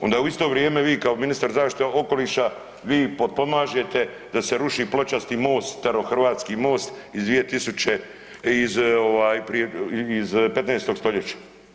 Ona u isto vrijeme vi kao ministar zaštite okoliša vi potpomažete da se ruši pločasti most, starohrvatski most iz 2000 iz ovaj iz 15. stoljeća.